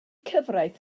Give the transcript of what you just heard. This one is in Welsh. cyfraith